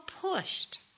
pushed